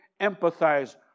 empathize